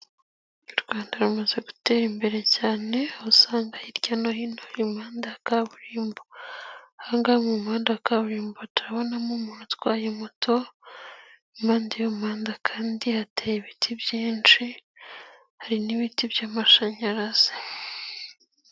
U Rwanda rumaze gutera imbere cyane aho usanga hirya no hino hari imihanda ya kaburimbo, aha ngaha mu muhanda wa kaburimbo turabonamo umuntu utwaye moto impande y'umuhanda kandi hateye ibiti byinshi, hari n'ibiti by'amashanyarazi.